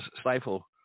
stifle